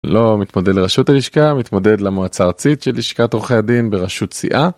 לא מתמודד לראשות הלשכה, מתמודד למועצה הארצית של לשכת עורכי הדין בראשות סיעה.